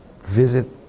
visit